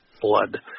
blood